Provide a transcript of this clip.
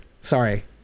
sorry